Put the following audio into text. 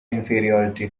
inferiority